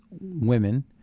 women